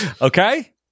okay